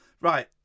right